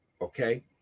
Okay